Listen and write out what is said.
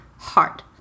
Heart